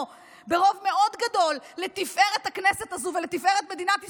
ברוב מאוד גדול לתפארת הכנסת הזאת ולתפארת מדינת ישראל,